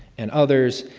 and others.